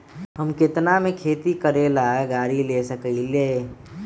हम केतना में खेती करेला गाड़ी ले सकींले?